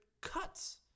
cuts